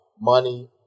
money